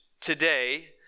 today